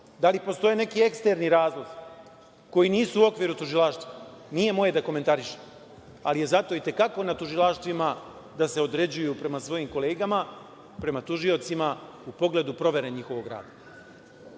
Da li postoje neki eksterni razlozi koji nisu u okviru tužilaštva? Nije moje da komentarišem, ali je zato i te kako na tužilaštvima da se određuju prema svojim kolegama, prema tužiocima u pogledu provere njihovog